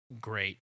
great